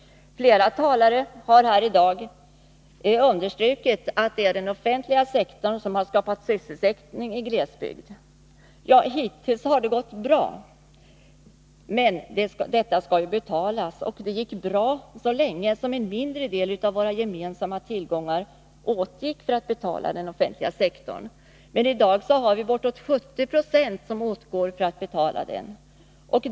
Flera talare har här i dag understrukit att det är den offentliga sektorn som har skapat sysselsättning i glesbygden. Ja, hittills har det gått bra, men detta skall betalas. Det gick bra så länge som en mindre del av våra gemensamma tillgångar åtgick för att betala den offentliga sektorn, men i dag går bortåt 70 Yo åt för att betala den.